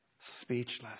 speechless